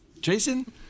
Jason